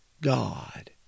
God